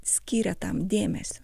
skiria tam dėmesio